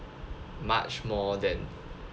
much more than